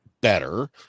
better